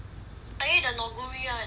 I ate the Neoguri [one]